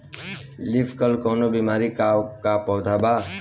Leaf curl कौनो बीमारी बा का पौधा के?